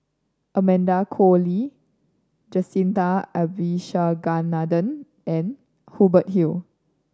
Amanda Koe Lee Jacintha Abisheganaden and Hubert Hill